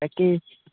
তাকে